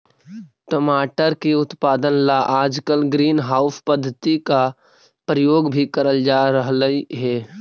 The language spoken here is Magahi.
टमाटर की उत्पादन ला आजकल ग्रीन हाउस पद्धति का प्रयोग भी करल जा रहलई हे